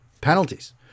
Penalties